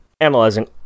Analyzing